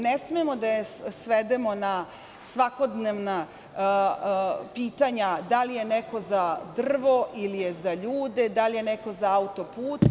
Ne smemo da je svedemo na svakodnevna pitanja da li je neko za drvo ili je za ljudi, da li je neko za autoput.